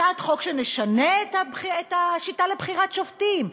הצעת חוק: נשנה את השיטה לבחירת שופטים,